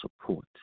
support